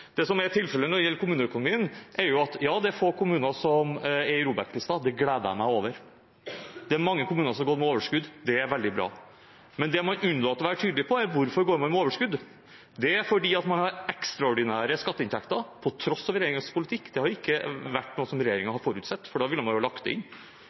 Det som er tilfellet når det gjelder kommuneøkonomien, er at ja, det er få kommuner som står på ROBEK-lista. Det gleder jeg meg over. Det er mange kommuner som går med overskudd. Det er veldig bra. Det man unnlater å være tydelig på, er hvorfor man går med overskudd. Det er fordi man har ekstraordinære skatteinntekter på tross av regjeringens politikk – det har ikke vært noe som regjeringen har forutsett, for da ville man ha lagt det inn.